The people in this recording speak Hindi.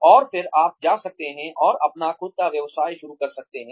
और फिर आप जा सकते हैं और अपना खुद का व्यवसाय शुरू कर सकते हैं